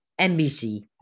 NBC